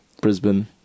brisbane